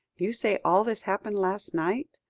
you say all this happened last night.